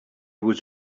was